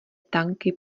tanky